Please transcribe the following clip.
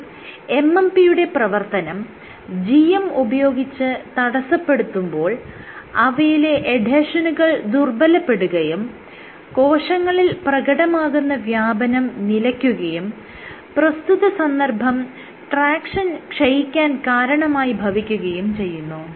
എന്നാൽ MMP യുടെ പ്രവർത്തനം GM ഉപയോഗിച്ച് തടസ്സപ്പെടുത്തുമ്പോൾ അവയിലെ ഫോക്കൽ എഡ്ഹെഷനുകൾ ദുർബ്ബലപ്പെടുകയും കോശങ്ങളിൽ പ്രകടമാകുന്ന വ്യാപനം നിലയ്ക്കുകയും പ്രസ്തുത സന്ദർഭം ട്രാക്ഷൻ ക്ഷയിക്കാൻ കാരണമായി ഭവിക്കുകയും ചെയ്യുന്നു